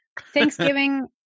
Thanksgiving